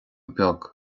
beag